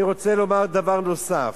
אני רוצה לומר דבר נוסף.